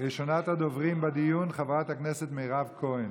ראשונת הדוברים בדיון, חברת הכנסת מירב כהן.